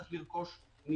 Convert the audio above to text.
צריך לרכוש נייר.